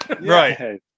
Right